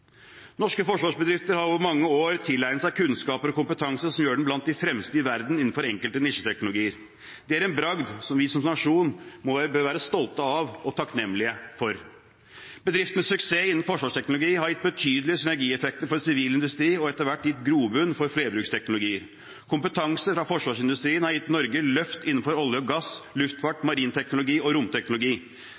Norske forsvarsbedrifter har over mange år tilegnet seg kunnskap og kompetanse som gjør dem blant de fremste i verden innenfor enkelte nisjeteknologier. Det er en bragd som vi som nasjon bør være stolte av og takknemlige for. Bedrifter med suksess innen forsvarsteknologi har gitt betydelige synergieffekter for sivil industri og etter hvert gitt grobunn for flerbruksteknologier. Kompetanse fra forsvarsindustrien har gitt Norge et løft innenfor olje og gass, luftfart, marin teknologi og romteknologi.